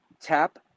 tap